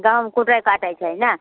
सब कूटै काटै छै ने